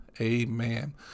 amen